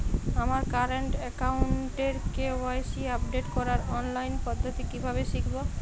আমার কারেন্ট অ্যাকাউন্টের KYC update করার অনলাইন পদ্ধতি কীভাবে শিখব?